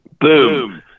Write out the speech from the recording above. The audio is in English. Boom